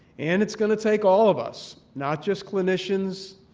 and it's going to take all of us, not just clinicians,